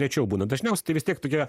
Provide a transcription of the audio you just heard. rečiau būna dažniausiai tai vis tiek tokia